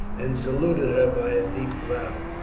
and saluted her by a deep bow.